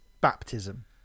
baptism